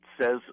says